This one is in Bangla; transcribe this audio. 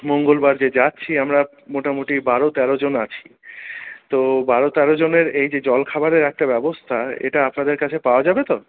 মঙ্গলবার যে যাচ্ছি আমরা মোটামুটি বারো তেরো জন আছি তো বারো তেরো জনের এই যে জলখাবার খাবারের একটা ব্যবস্থা এটা আপনাদের কাছে পাওয়া যাবে তো